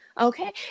okay